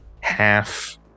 half